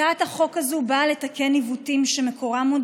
הצעת החוק הזו באה לתקן עיוותים שמקורם עוד